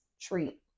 treat